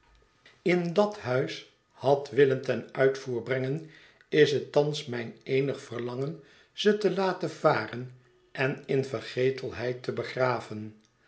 in dat huis had willen ten uitvoer brengen is het thans mijn eenig verlangen ze te laten varen en in vergetelheid te begraven